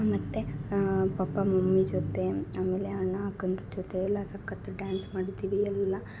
ಮತ್ತು papa mummy ಜೊತೆ ಆಮೇಲೆ ಅಣ್ಣ ಅಕ್ಕಂದಿರು ಜೊತೆ ಎಲ್ಲಾ ಸಖತ್ ಡ್ಯಾನ್ಸ್ ಮಾಡಿದ್ದೀವಿ ಎಲ್ಲ